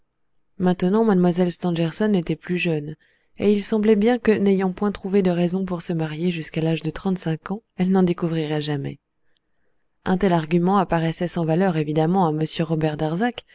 maintenant mlle stangerson n'était plus jeune et il semblait bien que n'ayant point trouvé de raisons pour se marier jusqu'à l'âge de trente-cinq ans elle n'en découvrirait jamais un tel argument apparaissait sans valeur évidemment à m robert darzac